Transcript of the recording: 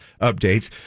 updates